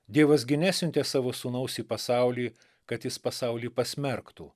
dievas gi nesiuntė savo sūnaus į pasaulį kad jis pasaulį pasmerktų